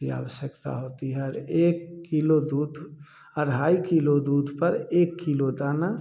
की आवश्यकता होती है और एक किलो दूध अढ़ाई किलो दूध पर एक किलो दाना